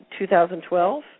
2012